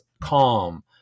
Calm